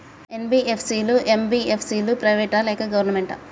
NBFC లు, MBFC లు private ఆ లేకపోతే గవర్నమెంటా?